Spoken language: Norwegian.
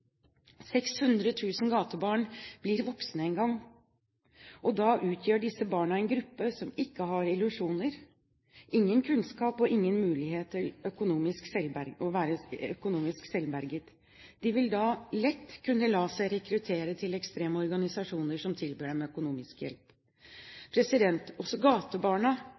gatebarn blir voksne en gang, og da utgjør disse barna en gruppe som ikke har illusjoner, ingen kunnskap og ingen mulighet til å være økonomisk selvberget. De vil da lett kunne la seg rekruttere til ekstreme organisasjoner som tilbyr dem økonomisk hjelp. Også gatebarna